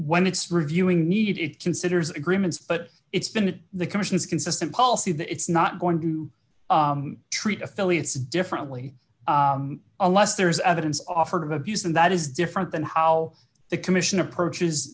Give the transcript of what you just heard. when it's reviewing need it considers agreements but it's been in the commission's consistent policy that it's not going to treat affiliates differently unless there is evidence offered of abuse and that is different than how the commission approaches